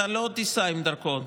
אתה לא תיסע עם דרכון,